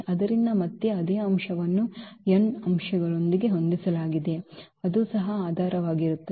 ಆದ್ದರಿಂದ ಮತ್ತೆ ಅದೇ ಅಂಶವನ್ನು n ಅಂಶಗಳೊಂದಿಗೆ ಹೊಂದಿಸಲಾಗಿದೆ ಅದು ಸಹ ಆಧಾರವಾಗಿರುತ್ತದೆ